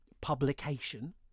publication